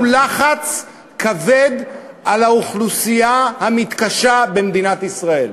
לחץ כבד על האוכלוסייה המתקשה במדינת ישראל.